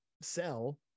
sell